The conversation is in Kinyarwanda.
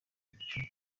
icumi